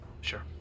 Sure